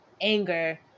anger